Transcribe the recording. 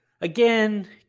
Again